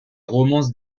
romances